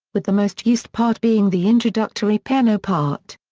with the most used part being the introductory piano part.